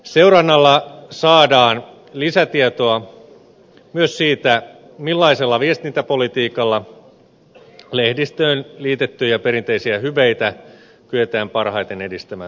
seurannalla saadaan lisätietoa myös siitä millaisella viestintäpolitiikalla lehdistöön liitettyjä perinteisiä hyveitä kyetään parhaiten edistämään tulevaisuudessa